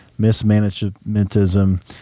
mismanagementism